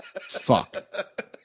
fuck